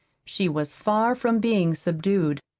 she was far from being subdued.